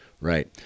right